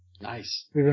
Nice